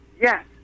yes